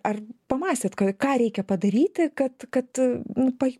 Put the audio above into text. ar pamąstėt ką ką reikia padaryti kad kad nu pa